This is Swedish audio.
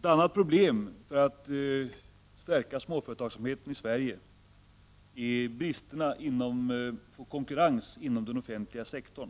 Ett annat problem när det gäller att stärka småföretagsamheten i Sverige är konkurrensen med den offentliga sektorn.